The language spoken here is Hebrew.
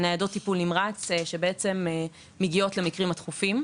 הממוצע של ניידות טיפול נמרץ שמגיעות למקרים הדחופים.